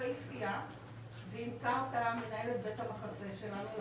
יפהפייה ואימצה אותה מנהלת בית המחסה שלנו.